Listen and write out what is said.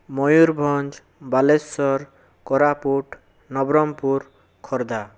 Mayurbhanj Baleswar Koraput Nabarangpur Khordha